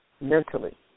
mentally